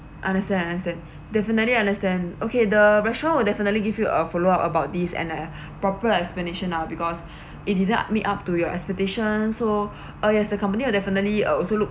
understand understand definitely understand okay the restaurant will definitely give you a follow up about this and a proper explanation ah because it didn't meet up to your expectation so as the company definitely also look